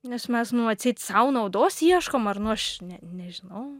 nes mes nu atseit sau naudos ieškom ar nu aš nežinau